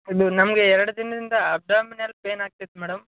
ಅದು ನಮಗೆ ಎರಡು ದಿನದಿಂದ ಅಬ್ಡಾಮಿನಲ್ ಪೇನ್ ಆಗ್ತಿತ್ತು ಮೇಡಮ್